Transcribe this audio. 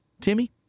Timmy